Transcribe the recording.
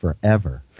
forever